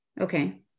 Okay